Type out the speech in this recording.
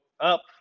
up